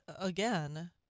again